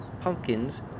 pumpkins